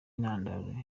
intandaro